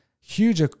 huge